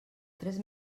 tres